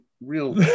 real